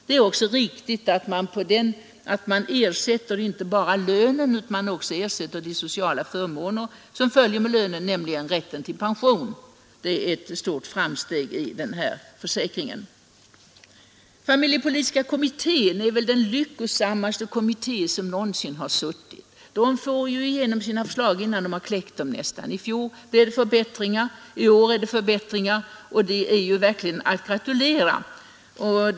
Det är också riktigt att man vid sjukdom ersätter inte bara inkomstbortfallet av lönen utan också tryggar de sociala förmåner som följer med lönen, nämligen rätten till pension. Detta är ett stort framsteg när det gäller den här försäkringen. Familjepolitiska kommittén är väl den lyckosammaste kommittén som någonsin funnits. Den får ju nästan igenom sina förslag innan den kläckt dem. I fjol blev det förbättringar, och i år blir det också förbättringar, och kommittén är ju verkligen att gratulera.